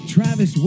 Travis